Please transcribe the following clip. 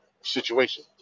situation